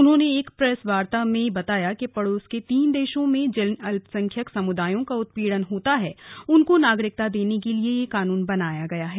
उन्होंने पत्रकार वार्ता में बताया कि पड़ोस के तीन देशों में जिन अल्पसंख्यक समुदायों का उत्पीड़न होता है उनको नागरिकता देने के लिए यह कानून बनाया गया है